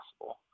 possible